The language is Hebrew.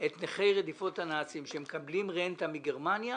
את נכי רדיפות הנאצים שמקבלים רנטה מגרמניה